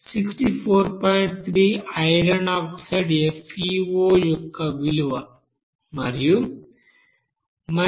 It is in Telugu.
3 ఐరన్ ఆక్సైడ్ FeO యొక్క విలువ మరియు 26